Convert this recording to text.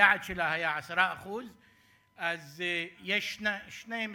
היעד שלה היה 10%. אז יש שני משרדים,